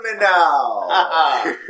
now